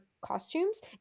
costumes